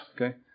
Okay